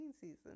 season